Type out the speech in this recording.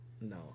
no